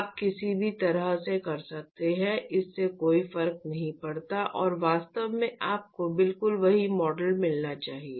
आप किसी भी तरह से कर सकते हैं इससे कोई फर्क नहीं पड़ता और वास्तव में आपको बिल्कुल वही मॉडल मिलना चाहिए